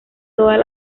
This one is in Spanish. todas